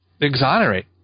exonerate